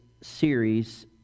series